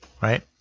right